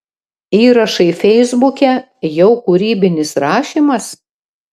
įrašai feisbuke jau kūrybinis rašymas